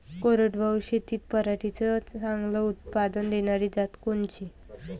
कोरडवाहू शेतीत पराटीचं चांगलं उत्पादन देनारी जात कोनची?